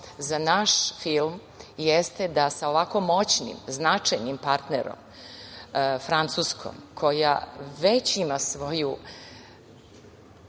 za naš film, jeste da sa ovako moćnim, značajnim partnerom, Francuskom, koja već ima svoju